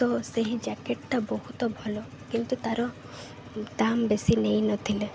ତ ସେହି ଜ୍ୟାକେଟ୍ଟା ବହୁତ ଭଲ କିନ୍ତୁ ତା'ର ଦାମ୍ ବେଶୀ ନେଇନଥିଲେ